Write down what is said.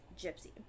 Gypsy